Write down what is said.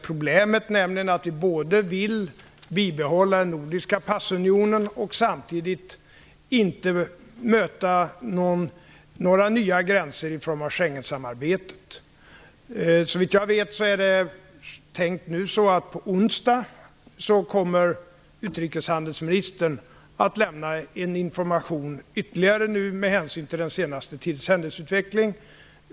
Problemet är att vi vill behålla den nordiska passunionen samtidigt som vi inte vill möta några nya gränser genom Schengensamarbetet. Såvitt jag vet kommer utrikeshandelsministern att lämna ytterligare information på onsdag med hänsyn till den senaste tidens händelseutveckling.